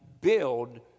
build